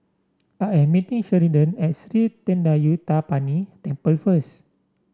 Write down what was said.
I am meeting Sheridan at Sri Thendayuthapani Temple first